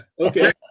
Okay